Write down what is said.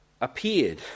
appeared